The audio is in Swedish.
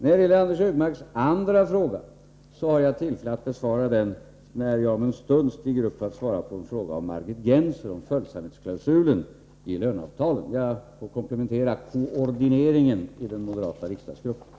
När det gäller Anders Högmarks andra fråga har jag tillfälle att besvara den när jag om en stund stiger upp i talarstolen för att svara på en fråga av Margit Gennser om följsamhetsklausulen i löneavtalen. Jag får komplimentera koordineringen i den moderata riksdagsgruppen.